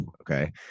Okay